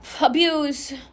abuse